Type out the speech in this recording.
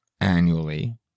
annually